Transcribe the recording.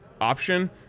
option